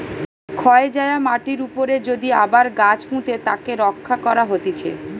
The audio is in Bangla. ক্ষয় যায়া মাটির উপরে যদি আবার গাছ পুঁতে তাকে রক্ষা করা হতিছে